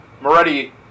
Moretti